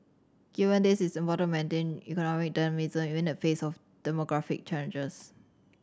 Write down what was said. given this it is important to maintain economic dynamism even in the face of demographic challenges